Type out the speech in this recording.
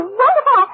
wonderful